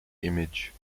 image